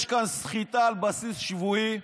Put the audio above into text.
יש כאן סחיטה על בסיס שבועי.